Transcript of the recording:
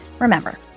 Remember